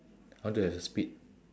I want to have a speed